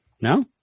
No